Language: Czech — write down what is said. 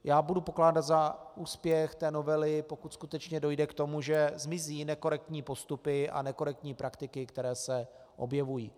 Já budu pokládat za úspěch té novely, pokud skutečně dojde k tomu, že zmizí nekorektní postupy a nekorektní praktiky, které se objevují.